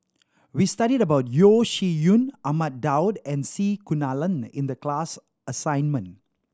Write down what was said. we studied about Yeo Shih Yun Ahmad Daud and C Kunalan in the class assignment